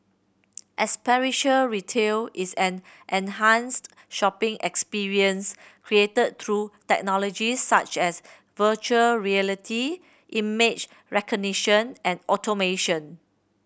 experiential retail is an enhanced shopping experience created through technologies such as virtual reality image recognition and automation